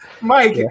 Mike